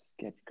Sketch